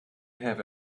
have